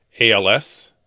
ALS